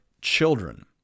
children